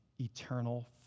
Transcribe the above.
eternal